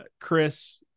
Chris